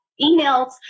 emails